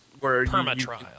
Perma-trial